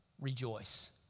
rejoice